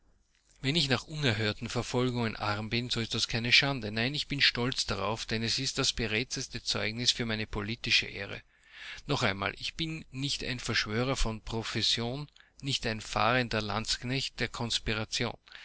wenn ich nach unerhörten verfolgungen arm bin so ist das keine schande nein ich bin stolz darauf denn es ist das beredteste zeugnis für meine politische ehre noch einmal ich bin nicht ein verschwörer von profession nicht ein fahrender landsknecht der